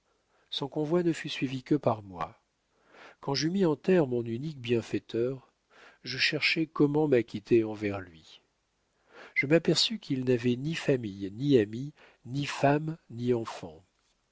son convoi ne fut suivi que par moi quand j'eus mis en terre mon unique bienfaiteur je cherchai comment m'acquitter envers lui je m'aperçus qu'il n'avait ni famille ni amis ni femme ni enfants